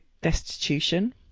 destitution